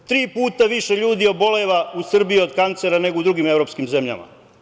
Tri puta više ljudi oboljeva u Srbiji od kancera nego u drugim evropskim zemljama.